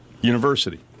University